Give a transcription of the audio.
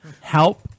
Help